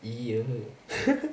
!eeyer!